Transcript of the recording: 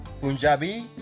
Punjabi